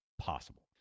possible